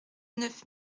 neuf